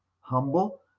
humble